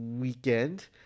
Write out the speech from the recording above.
Weekend